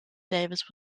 davis